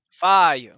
Fire